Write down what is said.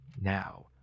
Now